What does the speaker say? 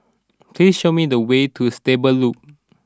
please show me the way to Stable Loop